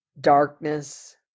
Darkness